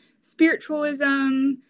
spiritualism